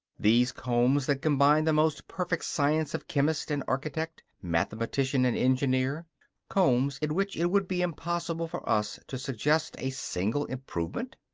these combs that combine the most perfect science of chemist and architect, mathematician and engineer combs in which it would be impossible for us to suggest a single improvement?